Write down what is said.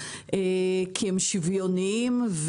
כי הם שוויוניים.